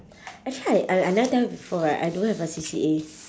actually I I I never tell you before right I don't have a C_C_A